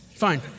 fine